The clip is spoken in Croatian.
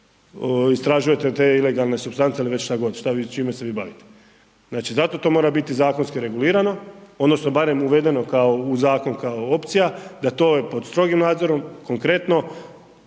istražujete te ilegalne supstance ili već šta god, čime se vi bavite. Znači zato to mora biti zakonski regulirano odnosno barem uvedeno kao u zakon kao opcija, da to je pod strogim nadzorom, konkretno